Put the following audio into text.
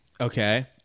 Okay